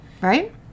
Right